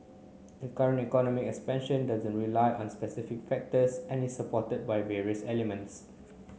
the current economy expansion doesn't rely on specific factors and is supported by various elements